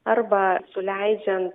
arba suleidžian